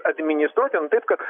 administruoti nu taip kad